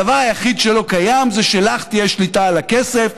הדבר היחיד שלא קיים זה שלך תהיה שליטה על הכסף,